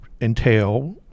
entail